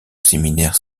séminaire